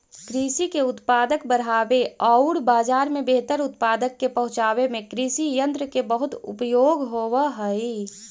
कृषि के उत्पादक बढ़ावे औउर बाजार में बेहतर उत्पाद के पहुँचावे में कृषियन्त्र के बहुत उपयोग होवऽ हई